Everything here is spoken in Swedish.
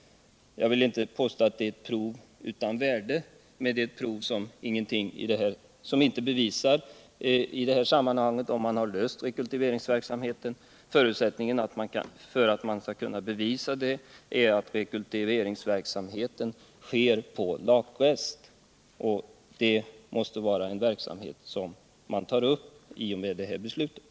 Jag vill inte påstå att den är ett prov utan värde. men den är ett prov som i det här sammanhanget inte bevisar att rekultiveringsverksamhetens problem har kunnat lösas. Förutsättningarna för att man skall kunna bevisa detta är att verksamheten sker på lakrester. Detta måste vara en verksamhet som man tar upp i och med det här beslutet.